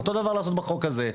לעשות אותו הדבר בחוק הזה.